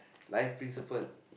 life principle